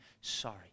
sorry